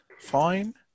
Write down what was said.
fine